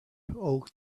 oak